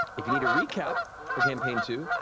if you need a recap for campaign two,